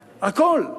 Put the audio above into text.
הכול.